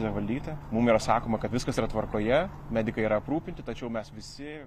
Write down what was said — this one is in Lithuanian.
nevaldyti mum yra sakoma kad viskas yra tvarkoje medikai yra aprūpinti tačiau mes visi